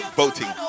voting